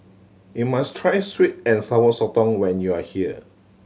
you must try sweet and Sour Sotong when you are here